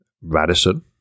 Radisson